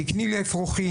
תקני לי אפרוחים.